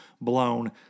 blown